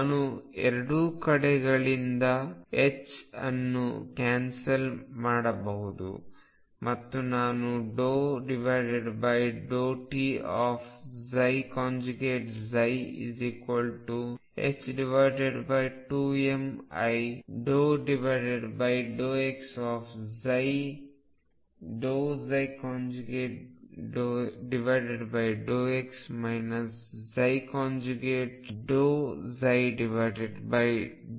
ನಾನು ಎರಡೂ ಕಡೆಯಿಂದ ಅನ್ನು ಕ್ಯಾನ್ಸಲ್ ಮಾಡಬಹುದು ಮತ್ತು ನಾನು ∂t2mi ∂x∂x ∂ψ∂xಪಡೆಯುತ್ತೇನೆ